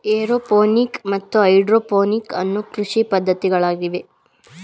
aeroponic ಮತ್ತು hydroponic ಅನ್ನೂ ಕೃಷಿ ಪದ್ಧತಿಗಳಿವೆ